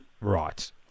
Right